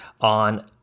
on